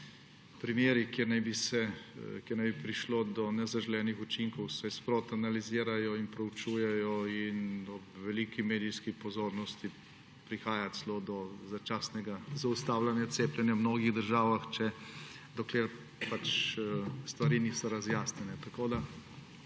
primeri, kjer naj bi prišlo do nezaželenih učinkov, se sproti analizirajo in proučujejo in ob veliki medijski pozornosti prihaja celo do začasnega zaustavljanja cepljenja v mnogih državah, dokler stvari niso razjasnjene. Znanstveno